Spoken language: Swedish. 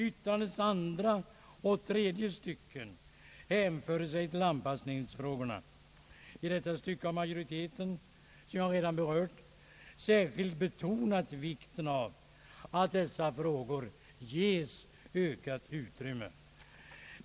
Yttrandets andra och tredje stycken hänför sig till anpassningsfrågorna. Här har majoriteten, som jag redan berört, särskilt betonat vikten av att dessa frågor ges ökat utrymme.